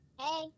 Hey